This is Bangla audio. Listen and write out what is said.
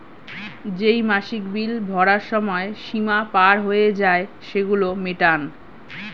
যেই মাসিক বিল ভরার সময় সীমা পার হয়ে যায়, সেগুলো মেটান